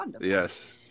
yes